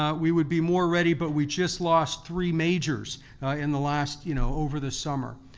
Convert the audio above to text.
ah we would be more ready but we just lost three majors in the last, you know over the summer.